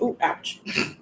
ouch